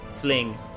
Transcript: fling